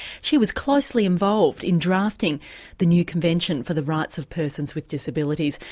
she was closely involved in drafting the new convention for the rights of persons with disabilities.